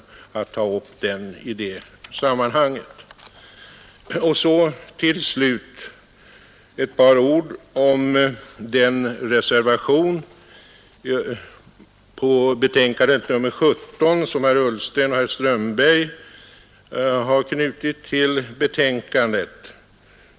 Till slut ett par ord om den av herrar Ullsten och Strömberg vid betänkandet nr 17 fogade reservationen.